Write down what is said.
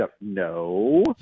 No